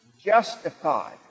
Justified